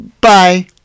Bye